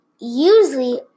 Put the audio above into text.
usually